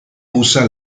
usa